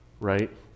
Right